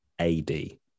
A-D